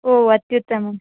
ओ अत्युत्तमं